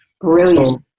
Brilliant